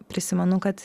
prisimenu kad